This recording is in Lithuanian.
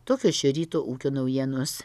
tokios šio ryto ūkio naujienos